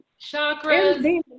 chakras